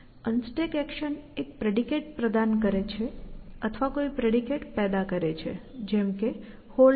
unstack action એક predicate પ્રદાન કરે છે અથવા કોઈ પ્રેડિકેટ પેદા કરે છે જેમ કે Holding